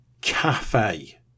cafe